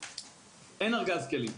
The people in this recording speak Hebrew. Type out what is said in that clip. אין ארגז כלים.